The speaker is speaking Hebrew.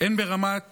הן ברמת